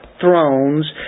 thrones